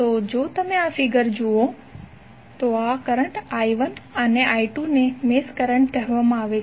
તો જો તમે આ ફિગર જુઓ તો આ કરંટ I1 અને I2 ને મેશ કરંટ કહેવામાં આવે છે